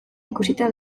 ikusita